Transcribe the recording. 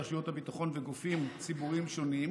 רשויות הביטחון וגופים ציבוריים שונים,